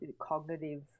cognitive